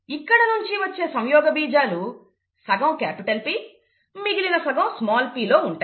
ఇక్కడ నుండి వచ్చే సంయోగబీజాలు సగం క్యాపిటల్ P మిగిలిన సగం స్మాల్ p లో ఉంటాయి